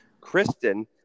Kristen